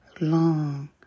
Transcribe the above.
long